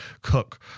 cook